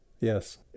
yes